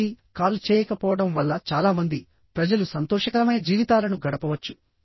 కాబట్టి కాల్ చేయకపోవడం వల్ల చాలా మంది ప్రజలు సంతోషకరమైన జీవితాలను గడపవచ్చు